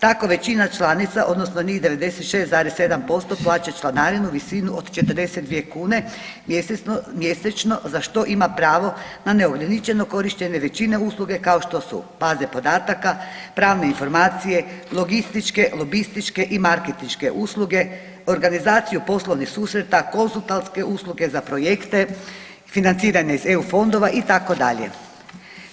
Tako većina članica, odnosno njih 96,7% plaća članarinu visine od 42 kune mjesečno, za što ima pravo na neograničeno korištenje većine usluga kao što su: baze podataka, pravne informacije, logističke, lobističke i marketinške usluge, organizaciju poslovnih susreta, konzultantske usluge za projekte, financiranje iz EU fondova i tako dalje.